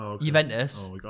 Juventus